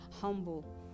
humble